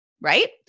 right